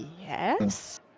Yes